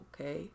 okay